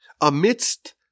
Amidst